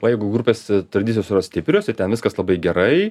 o jeigu grupės tradicijos yra stiprios ir ten viskas labai gerai